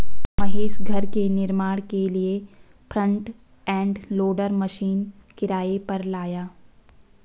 महेश घर के निर्माण के लिए फ्रंट एंड लोडर मशीन किराए पर लाया